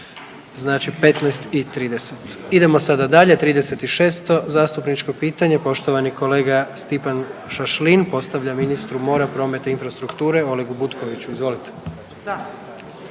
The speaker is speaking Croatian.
Znači 15 i 30. Idemo sada dalje 36 zastupničko pitanje, poštovani kolega Stipan Šašlin postavlja ministru mora, prometa i infrastrukture, Olegu Butkoviću. Izvolite.